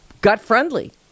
gut-friendly